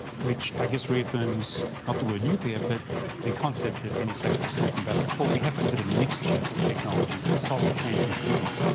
which i guess reaffirms not the word nuclear but the concept that penny sackett was talking about before. we have to look at a mixture of technologies and solar can contribute,